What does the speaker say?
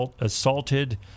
assaulted